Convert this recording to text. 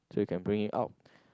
so you can bring him out